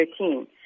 2013